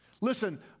Listen